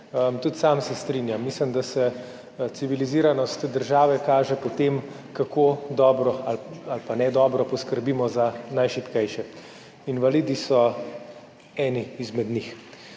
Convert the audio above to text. Tudi sam se strinjam, mislim, da se civiliziranost države kaže po tem, kako dobro ali pa ne dobro poskrbimo za najšibkejše. Invalidi so eni izmed njih.